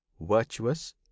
virtuous